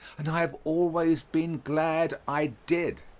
and i have always been glad i did.